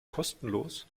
kostenlos